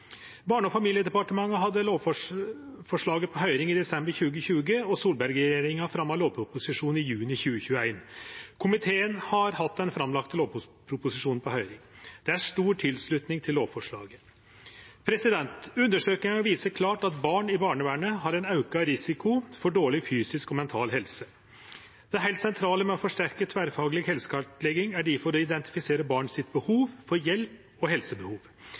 Barne- og familiedepartementet hadde lovforslaget på høyring i desember 2020, og Solberg-regjeringa fremja lovproposisjonen i juni 2021. Komiteen har hatt lovproposisjonen som er lagd fram, på høyring. Det er stor tilslutning til lovforslaget. Undersøkingar viser klart at barn i barnevernet har ein auka risiko for dårleg fysisk og mental helse. Det heilt sentrale med å forsterke tverrfagleg helsekartlegging er difor å identifisere barn sine behov for hjelp og helsebehov.